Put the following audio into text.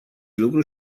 lucru